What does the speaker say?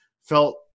felt